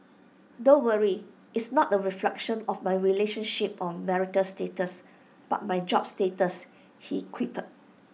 don't worry it's not the reflection of my relationship or marital status but my job status he quipped